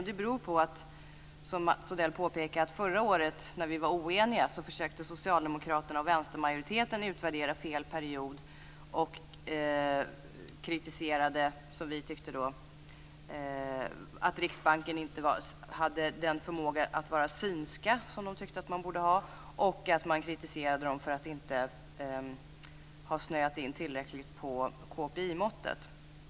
Det beror på, som Mats Odell påpekade, att förra året när vi var oeniga försökte socialdemokraterna och vänstermajoriteten att utvärdera fel period och kritiserade - som vi tyckte - att Riksbanken inte hade förmågan att vara synsk. Man kritiserade också Riksbanken för att den inte hade snöat in tillräckligt på KPI-måttet.